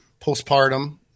postpartum